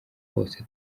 bose